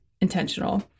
intentional